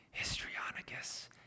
histrionicus